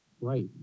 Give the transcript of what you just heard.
Right